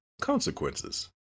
consequences